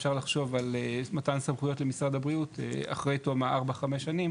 אפשר לחשוב על מתן סמכויות למשרד הבריאות אחרי תום ארבע-חמש שנים